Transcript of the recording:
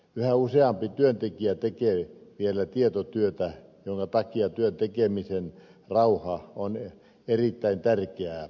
yhä useampi työntekijä tekee vielä tietotyötä minkä takia työn tekemisen rauha on erittäin tärkeää